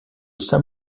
saint